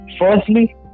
firstly